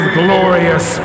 glorious